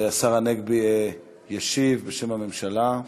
השר הנגבי ישיב בשם הממשלה.